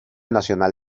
nacional